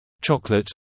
chocolate